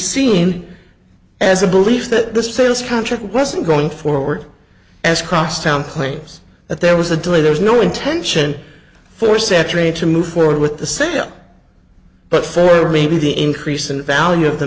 seen as a belief that the sales contract wasn't going forward as crosstown claims that there was a delay there's no intention for separate to move forward with the syria but for maybe the increase in the value of the